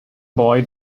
boy